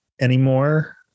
anymore